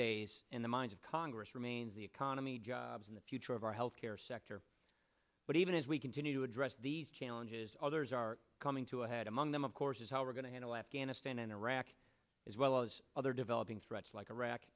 days in the minds of congress remains the economy jobs in the future of our health care sector but even as we continue to address these challenges others are coming to a head among them of course is how we're going to handle afghanistan and iraq as well as other developing threats like iraq